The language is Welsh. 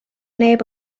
neb